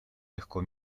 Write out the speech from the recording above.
легко